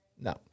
No